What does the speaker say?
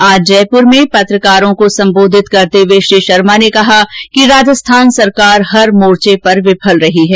आज जयपुर में पत्रकार वार्ता को संबोधित करते हुए श्री शर्मा ने कहा कि राजस्थान सरकार हर मोर्चे पर विफल रही है